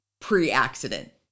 pre-accident